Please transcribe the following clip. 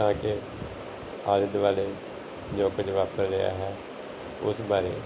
ਤਾਂ ਕਿ ਆਲੇ ਦੁਆਲੇ ਜੋ ਕੁਝ ਵਾਪਰ ਰਿਹਾ ਹੈ ਉਸ ਬਾਰੇ